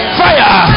fire